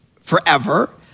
forever